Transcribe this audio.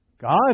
God